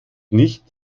nicht